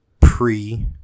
pre